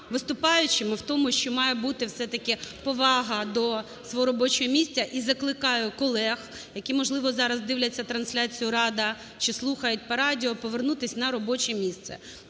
виступаючими в тому, що має бути все-таки повага до свого робочого місця. І закликаю колег, які, можливо, зараз дивляться трансляцію "Рада" чи слухають по радіо, повернутись на робоче місце.